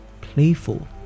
playful